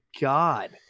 god